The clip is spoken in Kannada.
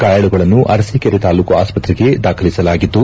ಗಾಯಾಳುಗಳನ್ನು ಅರಸೀಕೆರೆ ತಾಲ್ಲೂಕು ಆಸ್ತತ್ರೆಗೆ ದಾಖಲಿಸಲಾಗಿದ್ದು